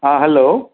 आं हॅलो